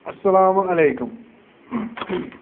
اَسلامُ علیکُم